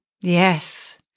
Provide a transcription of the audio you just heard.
Yes